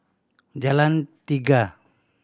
Jalan Tiga